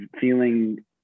feeling